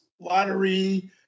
lottery